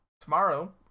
tomorrow